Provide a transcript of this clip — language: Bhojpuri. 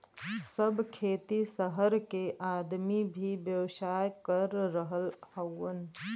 सब खेती सहर के आदमी भी व्यवसाय कर रहल हउवन